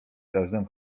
każdym